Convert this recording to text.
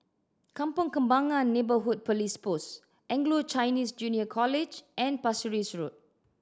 Kampong Kembangan Neighbourhood Police Post Anglo Chinese Junior College and Pasir Ris Road